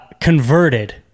converted